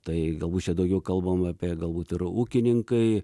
tai galbūt čia daugiau kalbama apie galbūt yra ūkininkai